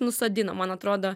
nusodino man atrodo